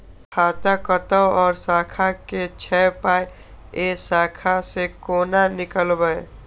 खाता कतौ और शाखा के छै पाय ऐ शाखा से कोना नीकालबै?